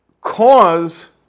cause